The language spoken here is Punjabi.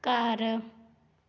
ਘਰ